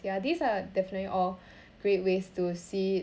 ya these are definitely all great ways to see